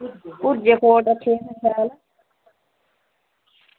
भुरजे खोड़ रक्खे दे असें शैल